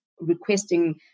requesting